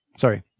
Sorry